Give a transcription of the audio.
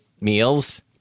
meals